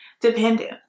dependent